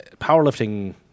powerlifting